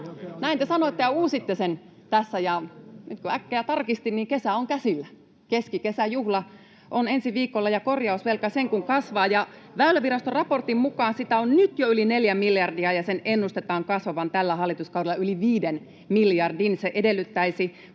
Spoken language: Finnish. Näin te sanoitte, ja uusitte sen tässä, ja nyt kun äkkiä tarkistin, niin kesä on käsillä — keskikesän juhla on ensi viikolla — ja korjausvelka sen kuin kasvaa. Väyläviraston raportin mukaan sitä on jo nyt yli neljä miljardia, ja sen ennustetaan kasvavan tällä hallituskaudella yli viiden miljardin.